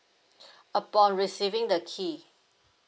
upon receiving the key